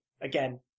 Again